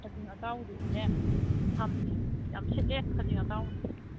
ꯈꯖꯤꯡ ꯑꯇꯥꯎꯕꯗꯨꯁꯨꯅꯦ ꯊꯝꯃꯦ ꯌꯥꯝ ꯁꯤꯠꯂꯦ ꯈꯖꯤꯡ ꯑꯇꯥꯎꯕꯗꯣ